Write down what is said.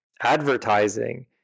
advertising